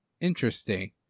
Interesting